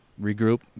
Regroup